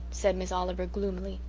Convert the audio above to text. said miss oliver gloomily.